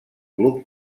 club